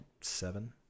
seven